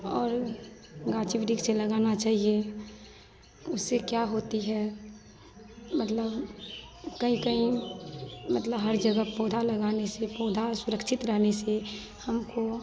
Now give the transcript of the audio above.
और गाची वृक्ष लगाना चाहिए उससे क्या होती है मतलब कहीं कहीं मतलब हर जगह पौधा लगाने से पौधा सुरक्षित रहने से हमको